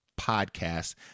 podcast